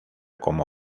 como